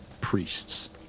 priests